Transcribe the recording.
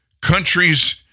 countries